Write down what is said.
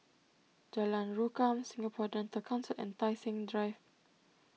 Jalan Rukam Singapore Dental Council and Tai Seng Drive